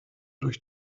durch